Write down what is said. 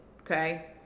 okay